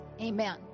Amen